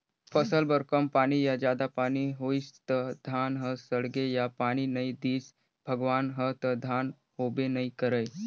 फसल बर कम पानी या जादा पानी होइस त धान ह सड़गे या पानी नइ दिस भगवान ह त धान होबे नइ करय